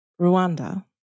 Rwanda